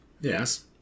Yes